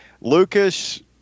Lucas